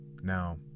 Now